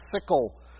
sickle